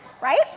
right